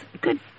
good